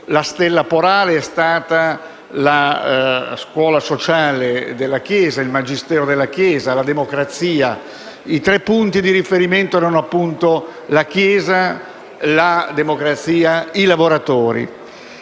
la stella polare è stata la scuola sociale del magistero della Chiesa e la democrazia. I suoi tre punti di riferimento erano la Chiesa, la democrazia e i lavoratori.